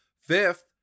Fifth